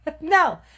No